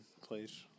place